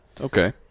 okay